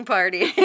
Party